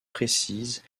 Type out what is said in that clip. précise